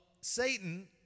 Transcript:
Satan